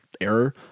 error